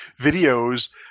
videos